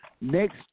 next